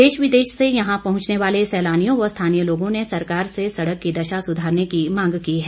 देश विदेश से यहां पहुंचने वाले सैलानियों व स्थानीय लोगों ने सरकार से सड़क की दशा सुधारने की मांग की है